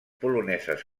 poloneses